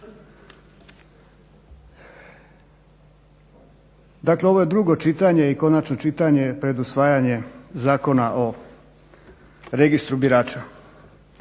Dakle, ovo je drugo čitanje i konačno čitanje pred usvajanje Zakona o Registru birača.